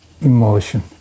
emotion